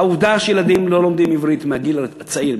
העובדה שילדים לא לומדים עברית מגיל צעיר,